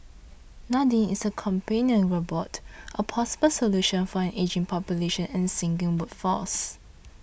Nadine is a companion robot a possible solution for an ageing population and sinking workforce